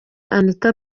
anita